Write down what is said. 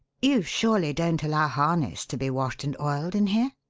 you surely don't allow harness to be washed and oiled in here?